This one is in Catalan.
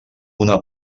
una